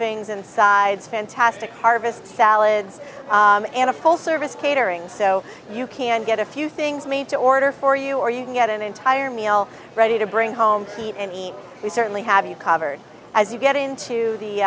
things and sides fantastic harvest salads and a full service catering so you can get a few things made to order for you or you can get an entire meal ready to bring home eat and we certainly have you covered as you get into the